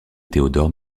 théodore